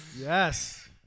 Yes